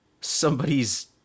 somebody's